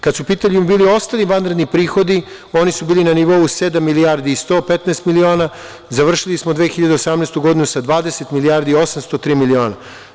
Kada su u pitanju bili ostali vanredni prihodi, oni su bili na nivou od sedam milijardi i 115 miliona, završili smo 2018. godinu sa 20 milijardi 803 miliona.